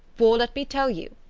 for, let me tell you,